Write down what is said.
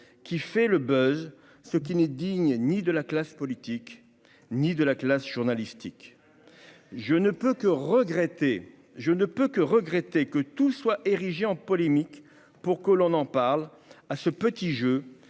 qui fait le Buzz, ce qui n'est digne ni de la classe politique, ni de la classe journalistique, je ne peux que regretter, je ne peux que regretter que tout soit érigée en polémique pour que l'on en parle à ce petit jeu,